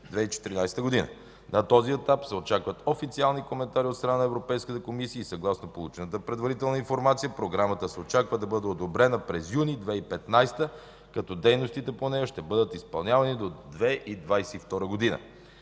2014 г. На този етап се очакват официални коментари от страна на Европейската комисия и съгласно получената предварителна информация Програмата се очаква да бъде одобрена през юни 2015 г., като дейностите по нея ще бъдат изпълнявани до 2022 г.